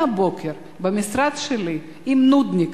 מהבוקר, במשרד שלי, עם נודניק,